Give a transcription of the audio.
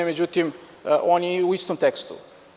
Međutim, on je u istom tekstu.